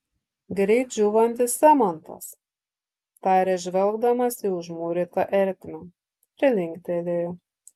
greit džiūvantis cementas tarė žvelgdamas į užmūrytą ertmę ir linktelėjo